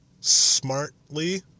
smartly